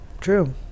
true